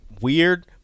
weird